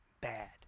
bad